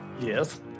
Yes